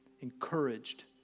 encouraged